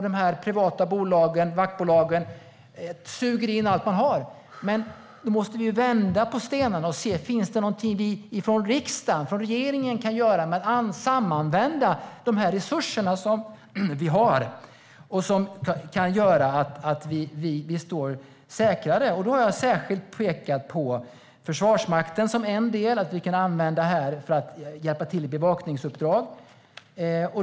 De privata vaktbolagen suger in allt som finns. Nu får vi vända på stenarna och se om riksdagen och regeringen kan göra något för att samanvända resurserna som finns och som kan göra att vi står säkrare. Jag har särskilt pekat på Försvarsmakten för att hjälpa till med bevakningsuppdrag.